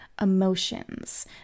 emotions